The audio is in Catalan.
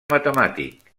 matemàtic